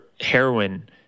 heroin